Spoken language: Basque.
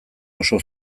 oso